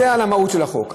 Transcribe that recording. זה על המהות של החוק,